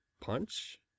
punch